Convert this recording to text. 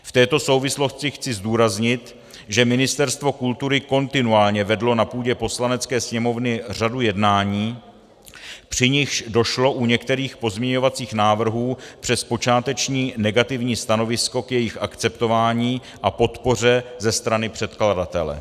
V této souvislosti chci zdůraznit, že Ministerstvo kultury kontinuálně vedlo na půdě Poslanecké sněmovny řadu jednání, při nichž došlo u některých pozměňovacích návrhů přes počáteční negativní stanovisko k jejich akceptování a podpoře ze strany předkladatele.